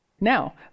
Now